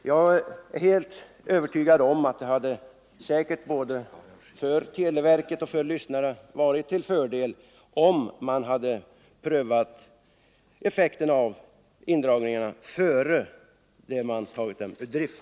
Jag är övertygad om att det för såväl televerket som lyssnarna hade varit till fördel om man prövat effekten av indragningarna innan man tagit AM-sändarna ur drift.